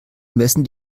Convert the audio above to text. messen